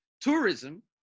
Tourism